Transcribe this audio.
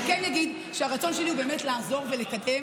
אני כן אגיד שהרצון שלי הוא באמת לעזור ולקדם,